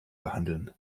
behandeln